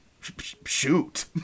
shoot